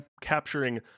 capturing